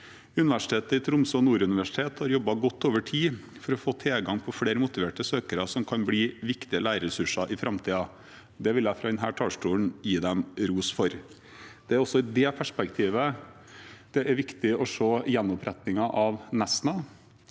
Universitetet i Tromsø og Nord universitet har jobbet godt over tid for å få tilgang på flere motiverte søkere som kan bli viktige lærerressurser i framtiden. Det vil jeg fra denne talerstolen gi dem ros for. Det er også i det perspektivet det er viktig å se gjenopprettingen av Nesna.